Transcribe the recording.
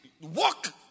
Walk